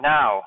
Now